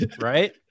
Right